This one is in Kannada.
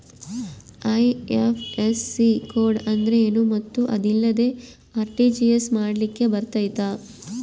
ಐ.ಎಫ್.ಎಸ್.ಸಿ ಕೋಡ್ ಅಂದ್ರೇನು ಮತ್ತು ಅದಿಲ್ಲದೆ ಆರ್.ಟಿ.ಜಿ.ಎಸ್ ಮಾಡ್ಲಿಕ್ಕೆ ಬರ್ತೈತಾ?